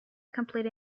complete